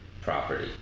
property